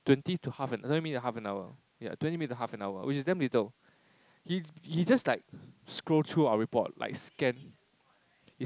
twenty to half an twenty minute to half an hour yeah twenty minute to half an hour which is damn little he he just like scroll through our report like scan